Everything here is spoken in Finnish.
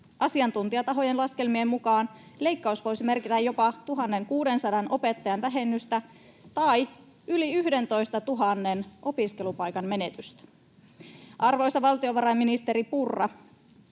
Asiantuntijatahojen laskelmien mukaan leikkaus voisi merkitä jopa 1 600 opettajan vähennystä tai yli 11 000 opiskelupaikan menetystä. Arvoisa valtiovarainministeri Purra,